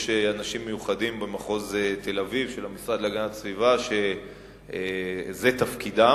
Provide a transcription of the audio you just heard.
יש אנשים מיוחדים של המשרד להגנת הסביבה במחוז תל-אביב שזה תפקידם,